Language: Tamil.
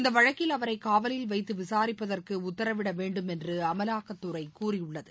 இந்த வழக்கில் அவரை காவலில் வைத்து விசாரிப்பதற்கு உத்தரவிட வேண்டும் என்று அமலாக்கத்துறை கூறியுள்ளது